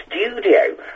studio